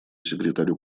секретарю